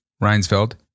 Reinsfeld